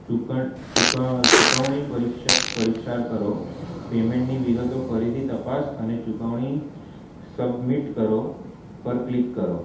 ચુકવણી પરિક્ષાર કરો પેમેન્ટની વિગતો ફરીથી તપાસ અને ચુકવણી સબમિટ કરો પર ક્લિક કરો